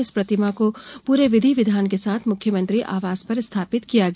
इस प्रतिमा को पूरे विधि विधान के साथ मुख्यमत्री आवास पर स्थापित किया गया